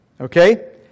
okay